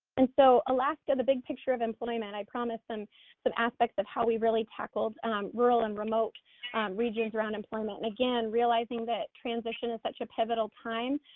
and so, alaska, the big picture of employment. i promised and some aspects of how we really tackled rural and remote regions around employment. again, realizing that transition is such a pivotal time,